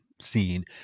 scene